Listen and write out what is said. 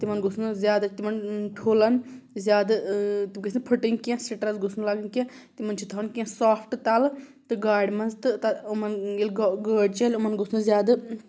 تِمَن گوٚژھ نہٕ زیادٕ تِمَن ٹھوٗلَن زیادٕ تِم گٔژھ نہٕ پھٕٹٕنۍ کینٛہہ سِٹرٛس گوٚژھ نہٕ لَگُن کینٛہہ تِمَن چھِ تھَوُن کینٛہہ سافٹہٕ تَلہٕ تہٕ گاڑِ منٛز تہٕ یِمَن ییٚلہِ گٲڑۍ چَلہِ یِمَن گوٚژھ نہٕ زیادٕ